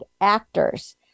actors